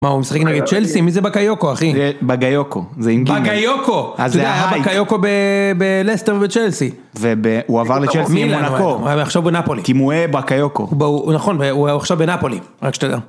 מה, הוא משחק נגד צ'לסי? מי זה בקיוקו, אחי? זה בגיוקו, זה עם גימי. בגיוקו! אז זה ההייק. אתה יודע, היה בקיוקו בלסטר ובצ'לסי. והוא עבר לצ'לסי עם מונקו. הוא היה עכשיו בנפולי. תימוי בקיוקו. הוא נכון, הוא היה עכשיו בנפולי, רק שאתה יודע.